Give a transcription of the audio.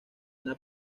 una